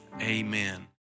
Amen